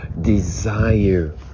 desire